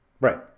Right